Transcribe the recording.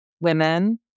women